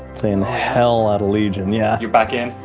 played the hell out of legion, yeah. you're back in?